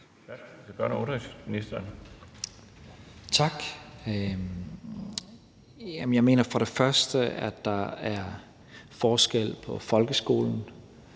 Jamen jeg mener som det første, at der er forskel på folkeskolen,